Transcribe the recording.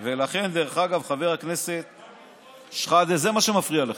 ולכן, חבר הכנסת שחאדה, זה מה שמפריע לכם.